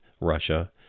Russia